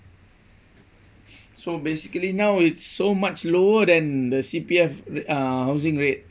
so basically now it's so much lower than the C_P_F uh housing rate